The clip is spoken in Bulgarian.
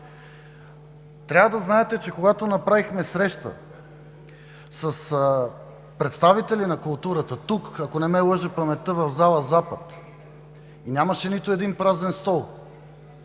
Трябва да знаете, че когато направихме среща с представители на културата тук, ако не ме лъже паметта – в зала „Запад“, нямаше нито един празен стол.